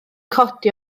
codi